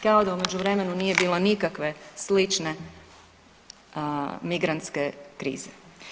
Kao da u međuvremenu nije bilo nikakve slične migrantske krize.